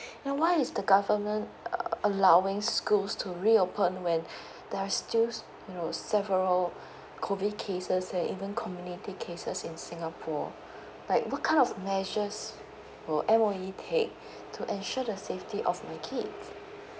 now why is the government uh allowing schools to reopen when there are still you know several COVID cases that even community cases in singapore like what kind of measure will M_O_E take to ensure the safety of my kids